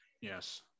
Yes